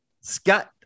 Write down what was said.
Scott